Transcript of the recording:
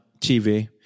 TV